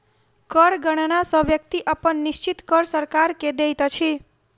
कर गणना सॅ व्यक्ति अपन निश्चित कर सरकार के दैत अछि